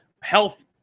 health